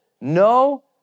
No